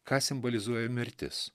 ką simbolizuoja mirtis